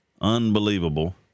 Unbelievable